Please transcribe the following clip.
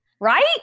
Right